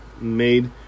Made